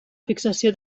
fixació